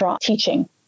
teaching